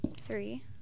three